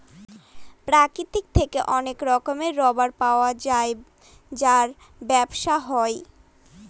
প্রকৃতি থেকে অনেক রকমের রাবার পাওয়া যায় যার ব্যবসা হয়